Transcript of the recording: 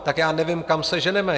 Tak já nevím, kam se ženeme.